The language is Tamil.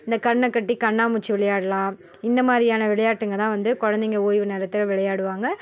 இந்தக் கண்ணைக்கட்டி கண்ணாம்மூச்சி விளையாடலாம் இந்த மாதிரியான விளையாட்டுங்கதான் வந்து குழந்தைங்கள் ஓய்வு நேரத்தில் விளையாடுவாங்க